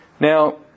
Now